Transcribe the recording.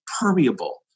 permeable